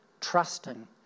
trusting